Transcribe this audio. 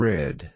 Red